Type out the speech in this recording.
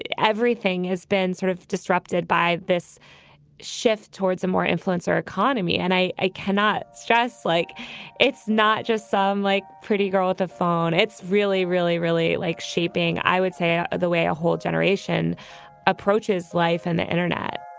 and everything has been sort of disrupted by this shift towards a more influence. our economy. and i i cannot stress like it's not just some, like pretty girl with the phone. it's really, really, really like shaping. i would say the way a whole generation approaches life and the internet